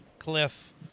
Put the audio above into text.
Cliff